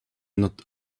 not